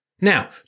Now